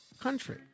country